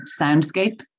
soundscape